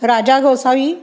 Raja Gosavi